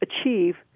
achieve